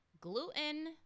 Gluten